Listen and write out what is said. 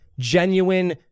genuine